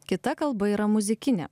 kita kalba yra muzikinė